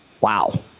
wow